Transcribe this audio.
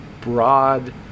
broad